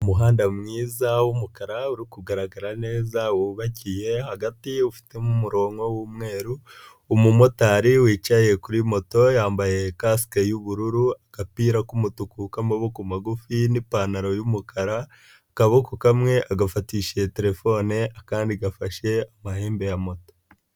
Umuhanda mwiza w'umukara uri kugaragara neza wubakiye, hagati ufitemo umurongo w'umweru, umumotari wicaye kuri moto yambaye kasike y'ubururu, agapira k'umutuku k'amaboko magufi n'ipantaro y'umukara, akaboko kamwe agafatishije telefone, akandi gafashe amahembe ya moto.